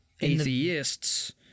atheists